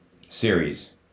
series